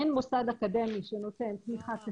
אין מוסד אקדמי שנותן תמיכה כספית,